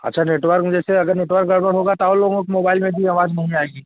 अच्छा नेटवर्क जैसे अगर नेटवर्क गड़बड़ होगा तो और लोगों के मोबाइल में भी आवाज़ नहीं आएगी